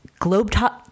Globetop